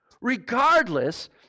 Regardless